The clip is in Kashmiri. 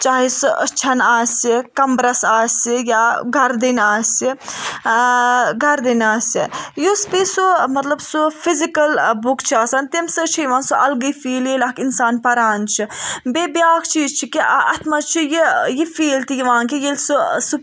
چاہے چھُ أچَھن آسہِ کَمبٕرَس آسہِ یا گَردَنہِ آسہِ گَردَنہِ آسہِ یُس تہِ سُہ مطلب سُہ فِزِکَل بُک چھُ آسان تَمہِ سۭتۍ چھُ یوان سُہ الگٕے فیٖل ییٚلہِ اَکھ اِنسان پران چھِ بیٚیہِ بیاکھ چیٖز چھُ کہِ اَتھ منٛز چھُ یہِ یہِ فیٖل تہِ یوان کہِ ییٚلہِ سُہ سُہ